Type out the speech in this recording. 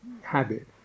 habit